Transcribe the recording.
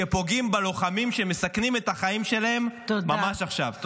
שפוגעים בלוחמים שמסכנים את החיים שלהם ממש עכשיו.